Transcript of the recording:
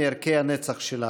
122 ו-124.